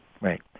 Right